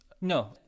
No